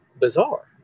bizarre